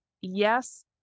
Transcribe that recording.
yes